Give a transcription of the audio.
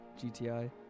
gti